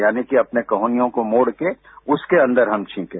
यानि कि अपने कोहनियों को मोड़कर उसके अन्दर हम छींकें